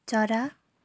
चरा